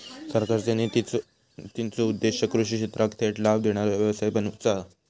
सरकारचे नितींचो उद्देश्य कृषि क्षेत्राक थेट लाभ देणारो व्यवसाय बनवुचा हा